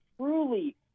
truly